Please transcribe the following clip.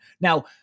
Now